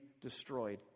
destroyed